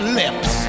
lips